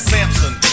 Samson